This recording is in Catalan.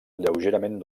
lleugerament